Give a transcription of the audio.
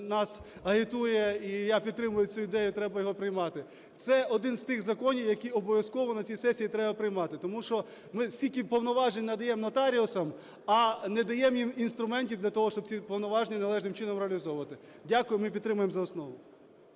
нас агітує, і я підтримую цю ідею, треба його приймати. Це один з тих законів, які обов'язково на цій сесії треба приймати. Тому що ми стільки повноважень надаємо нотаріусам, а не даємо їм інструментів для того, щоб ці повноваження належним чином реалізовувати. Дякую. Ми підтримуємо за основу.